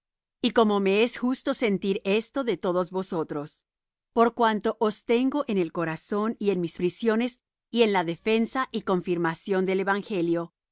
jesucristo como me es justo sentir esto de todos vosotros por cuanto os tengo en el corazón y en mis prisiones y en la defensa y confirmación del evangelio